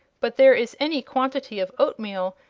but there is any quantity of oatmeal,